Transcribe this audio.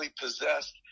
possessed